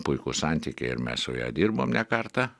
puikūs santykiai ir mes su ja dirbom ne kartą